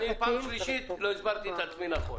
כנראה שפעם שלישית לא הסברתי את עצמי נכון.